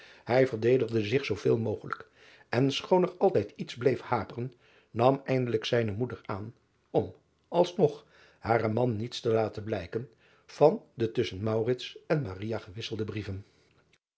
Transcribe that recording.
i verdedigde zich zooveel mogelijk en schoon er altijd iets bleef haperen nam eindelijk zijne moeder driaan oosjes zn et leven van aurits ijnslager aan om als nog haren man niets te laten blijken van de tusschen en gewisselde brieven